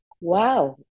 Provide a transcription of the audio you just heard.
wow